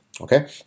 okay